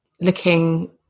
Looking